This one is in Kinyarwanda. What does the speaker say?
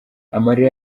amarira